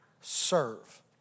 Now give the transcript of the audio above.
serve